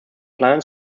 plan